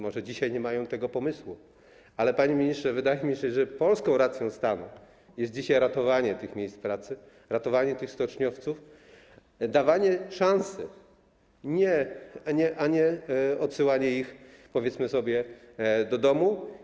Może dzisiaj nie mają tego pomysłu, ale panie ministrze, wydaje mi się, że polską racją stanu jest dzisiaj ratowanie tych miejsc pracy, ratowanie tych stoczniowców, dawanie szansy, a nie odsyłanie ich, powiedzmy sobie, do domu.